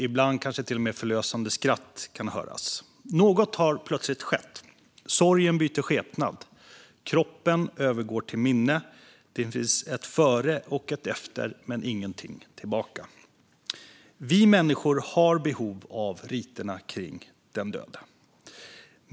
Ibland kan till och med förlösande skratt höras. Något har plötsligt skett. Sorgen byter skepnad. Kroppen övergår till minne. Det finns ett före och ett efter men inget tillbaka. Vi människor har behov av riterna kring de döda.